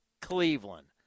Cleveland